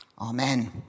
Amen